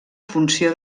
funció